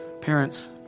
Parents